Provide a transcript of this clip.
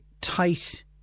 tight